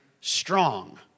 strong